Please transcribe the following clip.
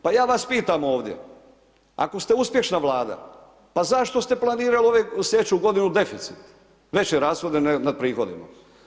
Pa ja vas pitam ovdje, ako ste uspješna vlada, pa zašto ste planirali ove, u sljedeću g. deficit, veće rashode nad prihodima.